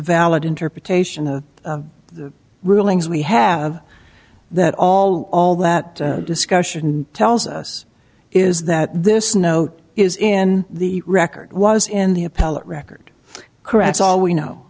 valid interpretation of the rulings we have that all all that discussion tells us is that this note is in the record was in the appellate record carets all we know